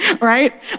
right